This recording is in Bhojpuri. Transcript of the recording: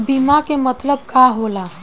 बीमा के मतलब का होला?